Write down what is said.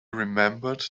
remembered